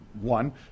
one